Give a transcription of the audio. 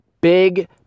big